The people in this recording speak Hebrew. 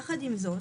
יחד עם זאת,